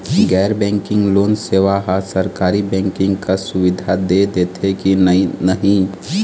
गैर banking loan सेवा हा सरकारी बैंकिंग कस सुविधा दे देथे कि नई नहीं?